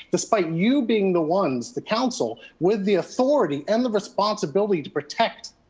despite you being the ones, the counsel with the authority and the responsibility to protect